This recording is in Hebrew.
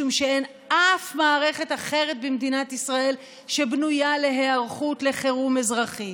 משום שאין אף מערכת אחרת במדינת ישראל שבנויה להיערכות לחירום אזרחי.